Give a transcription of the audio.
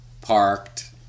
parked